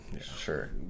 sure